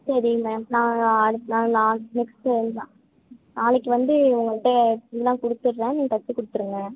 சரிங் மேம் நான் அனுப் நா நான் நெக்ஸ்ட்டு நாளைக்கு வந்து உங்கள்கிட்ட ஃபுல்லாக கொடுத்துட்றேன் நீங்கள் தைச்சி கொடுத்துருங்க